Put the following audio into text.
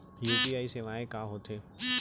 UPI सेवाएं का होथे?